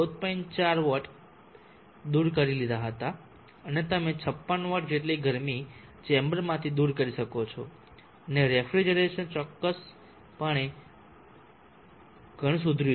4 watt દૂર કરી લીધા હતા અને તમે 56 વોટ જેટલી ગરમી ચેમ્બરમાંથી દુર કરી શકો છો અને રેફ્રિજરેશન ચોક્કસપણે હશે ઘણું સુધર્યું છે